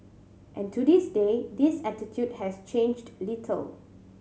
and to this day this attitude has changed little